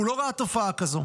הוא לא ראה תופעה כזו.